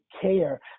care